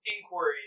inquiry